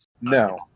No